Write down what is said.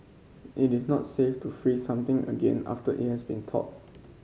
it is not safe to freeze something again after it has been thawed